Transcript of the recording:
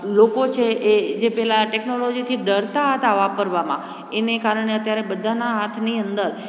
લોકો છે એ જે પહેલા ટેકનોલોજીથી ડરતા હતા વાપરવામાં એને કારણે અત્યારે બધાના હાથની અંદર